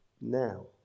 Now